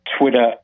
Twitter